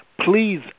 please